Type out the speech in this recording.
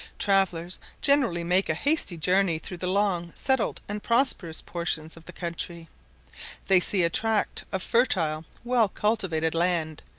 travellers generally make a hasty journey through the long settled and prosperous portions of the country they see a tract of fertile, well-cultivated land,